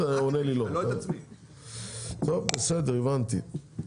בסדר, הבנתי.